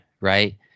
right